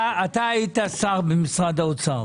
אתה הייתה שר במשרד האוצר.